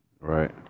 Right